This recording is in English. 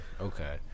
Okay